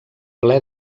ple